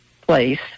place